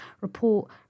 report